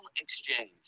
exchange